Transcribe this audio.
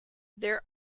there